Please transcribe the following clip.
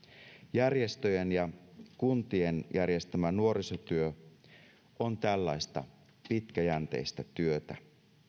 järjestöjen ja kuntien järjestämä nuoristyö on tällaista pitkäjänteistä työtä